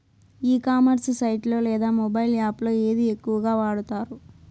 ఈ commerce site లో లేదా మొబైల్ యాప్ లో ఏది ఎక్కువగా వాడుతారు?